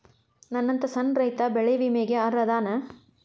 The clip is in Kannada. ನನ್ನಂತ ಸಣ್ಣ ರೈತಾ ಬೆಳಿ ವಿಮೆಗೆ ಅರ್ಹ ಅದನಾ?